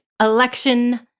election